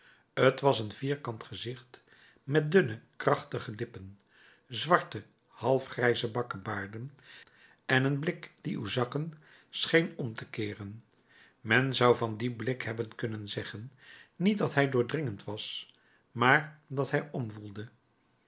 t was een vierkant gezicht met dunne krachtige lippen zwarte halfgrijze bakkebaarden en een blik die uw zakken scheen om te keeren men zou van dien blik hebben kunnen zeggen niet dat hij doordringend was maar dat hij omwoelde